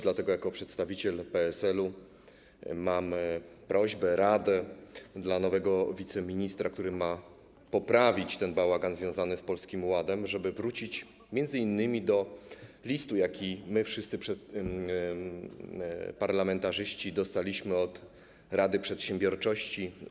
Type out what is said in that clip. Dlatego jako przedstawiciel PSL-u mam prośbę, radę dla nowego wiceministra, który ma poprawić bałagan związany z Polskim Ładem, żeby wrócił m.in. do listu, jaki my wszyscy, parlamentarzyści, dostaliśmy od Rady Przedsiębiorczości.